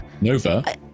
Nova